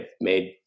made